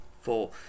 Four